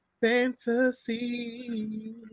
fantasy